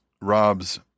Rob's